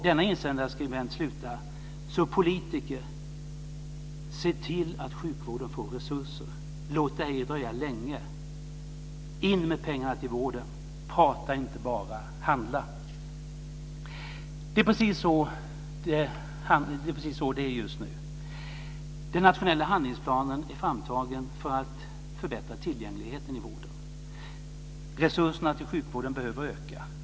Denna insändarskribent slutar: Så politiker, se till att sjukvården får resurser. Låt det ej dröja länge. In med pengarna till vården. Prata inte bara. Handla! Det är precis så det är just nu. Den nationella handlingsplanen är framtagen för att förbättra tillgängligheten i vården. Resurserna till sjukvården behöver öka.